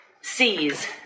sees